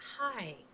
Hi